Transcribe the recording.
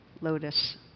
lotus